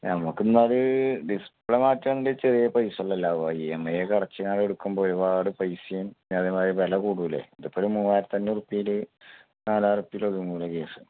നമുക്ക് എന്നാൽ അത് ഡിസ്പ്ലേ മാറ്റാതെ ചെറിയ പൈസയിൽ ഉള്ളത് ചെയ്യാം അ ഇ എം ഐ ഒക്കെ അടച്ച് ഞാൻ എടുക്കുമ്പോൾ ഒരുപാട് പൈസയും അതുമാതിരി വില കൂടുകയില്ലേ ഇത് ഇപ്പം ഒരു മൂവായിരത്തി അഞ്ഞൂറ് നാലായിരത്തിൽ ഒതുങ്ങുകയില്ലേ കേസ്